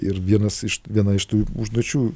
ir vienas iš viena iš tų užduočių